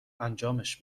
انجامش